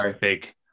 big